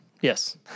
yes